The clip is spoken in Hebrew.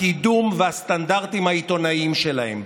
הקידום והסטנדרטים העיתונאיים שלהם.